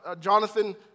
Jonathan